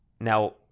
Now